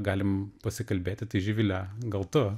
galim pasikalbėti tai živile gal tu